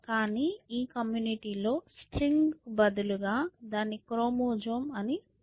కానీ ఈ కమ్యూనిటీ లో స్ట్రింగ్కు బదులుగా దాన్ని క్రోమోజోమ్ అని పిలుస్తాము